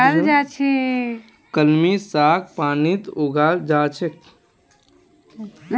कलमी साग पानीत उगाल जा छेक